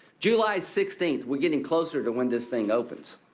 july sixteenth. we're getting closer to when this thing opens.